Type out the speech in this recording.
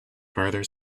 further